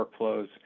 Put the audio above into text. workflows